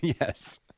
Yes